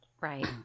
Right